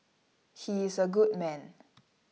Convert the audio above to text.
he is a good man